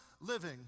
living